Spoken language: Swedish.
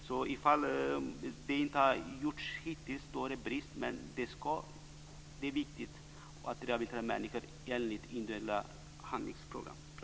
Om det inte har varit så hittills är det en brist, men det är viktigt att rehabilitera människor enligt individuella handlingsplaner.